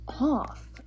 off